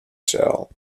shell